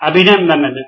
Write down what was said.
అభినందనలు